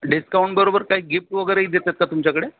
discount बरोबर काही gift वगैरेही देतात का तुमच्याकडे